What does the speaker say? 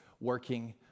working